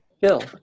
Bill